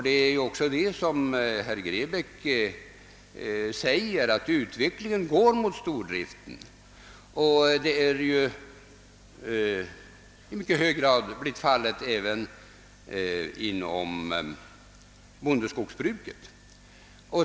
Det var ju också det herr Grebäck sade: utvecklingen går mot stordrift. Detta har ju i betydande grad blivit fallet också inom bondeskogsbruket.